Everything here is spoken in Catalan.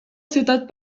ciutat